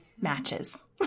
matches